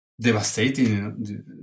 devastating